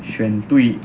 选对